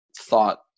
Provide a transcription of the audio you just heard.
thought